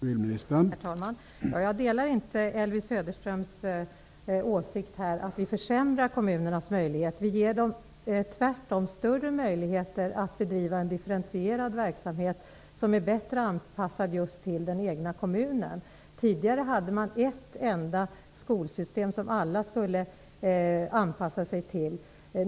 Herr talman! Jag delar inte Elvy Söderströms åsikt att vi försämrar kommunernas möjligheter. Vi ger dem tvärtom större möjligheter att bedriva en differentierad verksamhet, bättre anpassad till deras egna förhållanden. Tidigare hade man ett enda skolsystem, som alla skulle anpassa sig till.